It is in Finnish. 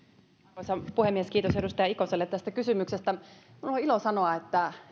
arvoisa puhemies kiitos edustaja ikoselle tästä kysymyksestä minulla on ilo sanoa että